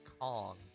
Kong